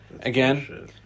Again